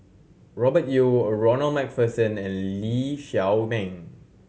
Robert Yeo A Ronald Macpherson and Lee Shao Meng